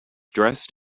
dressed